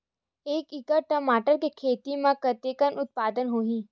एक एकड़ टमाटर के खेती म कतेकन उत्पादन होही?